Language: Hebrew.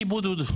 אין משהו מיוחד,